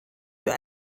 für